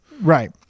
right